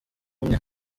umwe